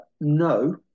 No